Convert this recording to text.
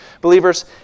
Believers